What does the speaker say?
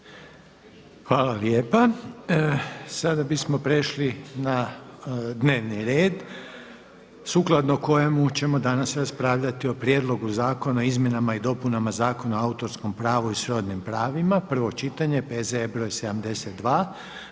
Željko (HDZ)** Sada bismo prešli na dnevni red sukladno kojemu ćemo danas raspravljati o Prijedlogu zakona o izmjenama i dopunama Zakona o autorskom pravu i srodnim pravima, prvo čitanje, P.Z. E.